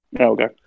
okay